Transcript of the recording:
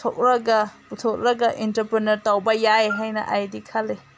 ꯊꯣꯛꯂꯒ ꯄꯨꯊꯣꯛꯂꯒ ꯑꯦꯟꯇꯔꯄꯦꯅꯔ ꯇꯧꯕ ꯌꯥꯏ ꯍꯥꯏꯅ ꯑꯩꯗꯤ ꯈꯜꯂꯤ